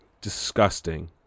Disgusting